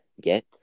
get